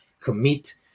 commit